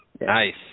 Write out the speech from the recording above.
Nice